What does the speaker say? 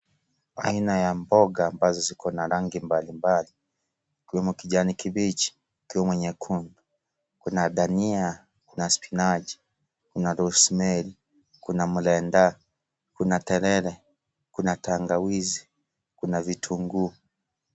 Aina ya mboga ambazo ziko na rangi mbalimbali ikiwemo kijani kibichi ikiwemo nyekundu kuna dhania kuna spinachi kuna Rosemary kuna mrendaa kuna telele kuna tangawizi kuna vitunguu.